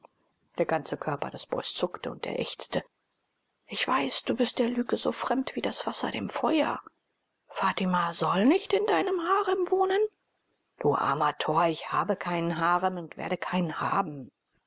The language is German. der ganze körper des boys zuckte und er ächzte ich weiß du bist der lüge so feind wie das wasser dem feuer fatima soll nicht in deinem harem wohnen du armer tor ich habe keinen harem und werde keinen haben